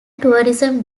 tourism